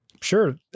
sure